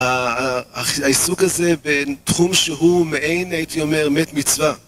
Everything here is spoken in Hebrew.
העיסוק הזה בין תחום שהוא מעין, הייתי אומר, מת מצווה.